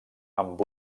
amb